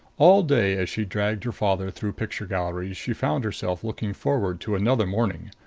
all day, as she dragged her father through picture galleries, she found herself looking forward to another morning,